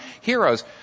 heroes